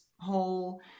whole